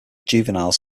juveniles